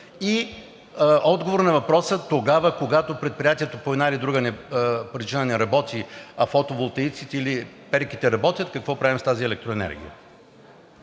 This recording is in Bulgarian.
и отговор на въпроса: когато предприятието по една или друга причина не работи, а фотоволтаиците или перките работят, какво правим с тази електроенергия?